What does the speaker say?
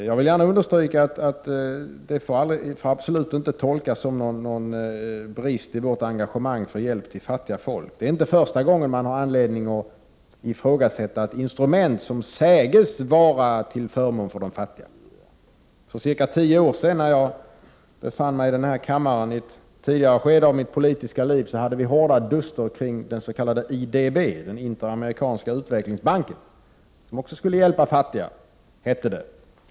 Jag vill gärna understryka att det absolut inte får tolkas som en brist på engagemang från vår sida för hjälp till fattiga folk. Det är ju inte första gången som det finns anledning att ifrågasätta ett instrument som sägs vara till förmån för de fattiga. För ca tio år sedan — alltså i ett tidigare skede i mitt politiska liv — hade vi hårda duster i denna kammare om IDB, Interamerikanska utvecklingsbanken. IDB skulle också, som det hette, hjälpa fattiga.